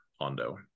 Hondo